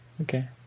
Okay